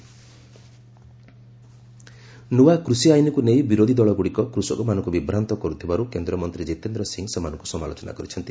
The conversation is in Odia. ଜିତେନ୍ଦ୍ର ସିଂ ଫାର୍ମ ଲ ନୂଆ କୃଷି ଆଇନକୁ ନେଇ ବିରୋଧୀଦଳଗୁଡ଼ିକ କୃଷକମାନଙ୍କୁ ବିଭ୍ରାନ୍ତ କରୁଥିବାରୁ କେନ୍ଦ୍ରମନ୍ତ୍ରୀ ଜିତେନ୍ଦ୍ର ସିଂ ସେମାନଙ୍କୁ ସମାଲୋଚନା କରିଛନ୍ତି